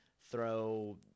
throw